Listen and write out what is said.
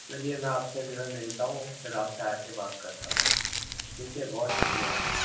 چلیے میں آپ سے جو ہے ملتا ہوں پھر آپ سے آ کے بات کرتا ہوں ٹھیک ہے بہت شکریہ آپ کا